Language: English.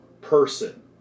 person